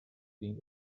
been